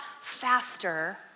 faster